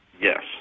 Yes